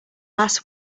last